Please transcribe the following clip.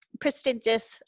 prestigious